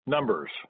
Numbers